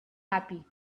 happy